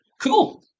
Cool